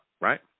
right